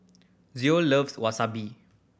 Zoe loves Wasabi